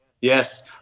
Yes